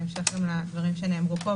בהמשך לדברים שנאמרו פה.